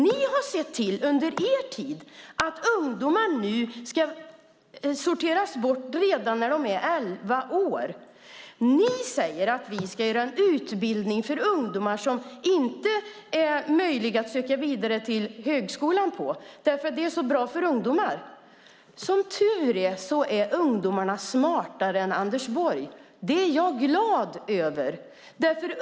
Ni har under er tid sett till att ungdomar ska sorteras bort redan när de är elva år. Ni säger att ni ska göra en utbildning för ungdomar som inte är möjlig att söka vidare till högskolan på, för det är så bra för ungdomar. Ungdomarna är dock, som tur är, smartare än Anders Borg. Det är jag glad över.